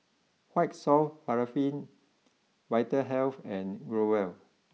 White soft Paraffin Vitahealth and Growell